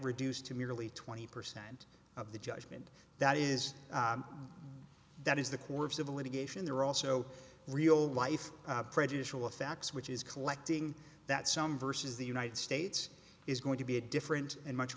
reduced to merely twenty percent of the judgment that is that is the core of civil litigation there are also real life prejudicial effects which is collecting that some versus the united states is going to be a different and much